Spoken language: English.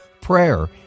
Prayer